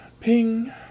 Ping